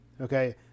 Okay